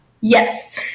Yes